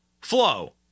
flow